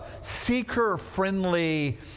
seeker-friendly